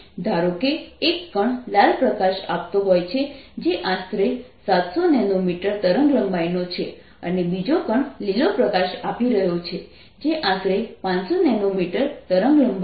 ધારો કે એક કણ લાલ પ્રકાશ આપતો હોય છે જે આશરે 700 nm તરંગલંબાઇનો છે અને બીજો કણ લીલો પ્રકાશ આપી રહ્યો છે જે આશરે 500 nm તરંગલંબાઈ છે